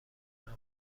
بود